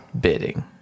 Bidding